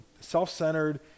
self-centered